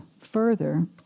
Further